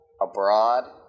abroad